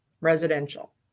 residential